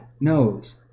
knows